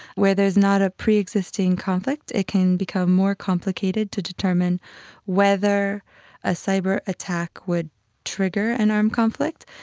where there is not a pre-existing conflict it can become more complicated to determine whether a cyber-attack would trigger an armed conflict,